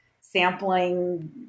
sampling